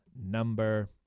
number